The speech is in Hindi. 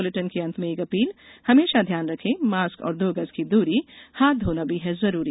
इस बुलेटिन के अंत में एक अपील हमेशा ध्यान रखें मास्क और दो गज की दूरी हाथ धोना भी है जरूरी